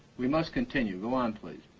we must continue. go on please.